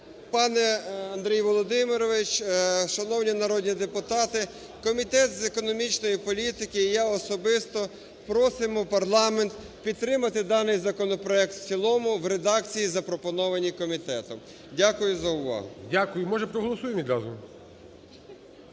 пане Андрій Володимирович, шановні народні депутати, Комітет з економічної політики і я особисто просимо парламент підтримати даний законопроект в цілому в редакції запропонованій комітетом. Дякую за увагу. ГОЛОВУЮЧИЙ. Дякую. Може проголосуємо відразу?